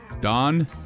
Don